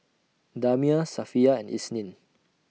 Damia Safiya and Isnin